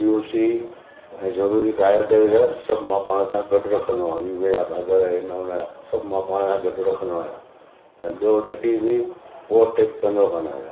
POC ऐं ज़रूरी काग़ज़ सभु मां पाण सां गॾु रखंदो आयां वीमे जा काॻर आहिनि हिन हुन जा सभु मां पाण सां गॾु रखंदो आहियां ऐं कॾहिं बि ओवरटेक कंदो कोन आहियां